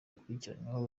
akurikiranweho